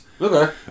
Okay